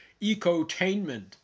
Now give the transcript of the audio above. Ecotainment